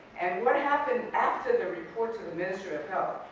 and what happened after the report to the ministry of health,